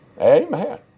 Amen